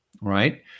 right